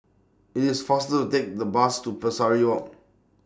IT IS faster to Take The Bus to Pesari Walk